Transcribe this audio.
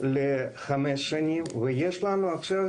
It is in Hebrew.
לחמש שנים, ויש לנו עכשיו